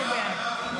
שומע.